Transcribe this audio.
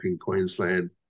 Queensland